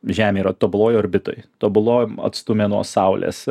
žemė yra tobuloj orbitoj tobulam atstume nuo saulės